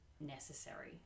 necessary